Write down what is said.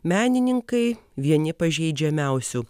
menininkai vieni pažeidžiamiausių